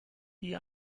die